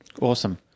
Awesome